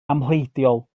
amhleidiol